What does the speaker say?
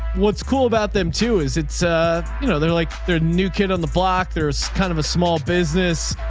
what's cool about them too is it's, ah you know, they're like they're new kid on the block. there's kind of a small business.